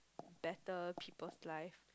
better people's life